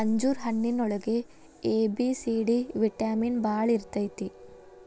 ಅಂಜೂರ ಹಣ್ಣಿನೊಳಗ A, B, C, D vitamin ಬಾಳ ಇರ್ತೈತಿ